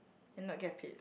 and not get paid